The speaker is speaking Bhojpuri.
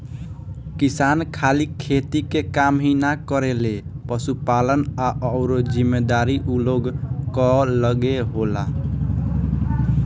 किसान खाली खेती के काम ही ना करेलें, पशुपालन आ अउरो जिम्मेदारी ऊ लोग कअ लगे होला